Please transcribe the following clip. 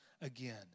again